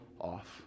off